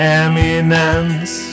eminence